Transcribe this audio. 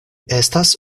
estas